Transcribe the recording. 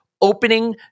opening